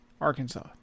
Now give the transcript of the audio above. Arkansas